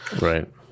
Right